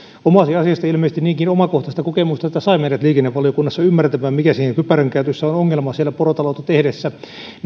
omasi asiasta ilmeisesti niinkin omakohtaista kokemusta että sai meidät liikennevaliokunnassa ymmärtämään mikä siinä kypärän käytössä on ongelma siellä porotaloutta tehdessä